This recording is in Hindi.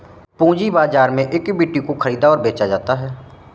पूंजी बाजार में इक्विटी को ख़रीदा और बेचा जाता है